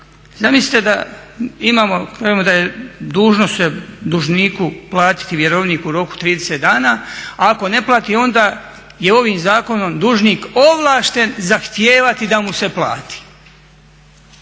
kažemo da je dužnost se dužniku platiti vjerovnik u roku 30 dana, a ako ne plati onda je ovim zakonom dužnik ovlašten zahtijevati da mu se plati.